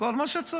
כל מה שצריך.